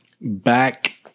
back